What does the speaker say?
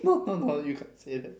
no no no you can't say that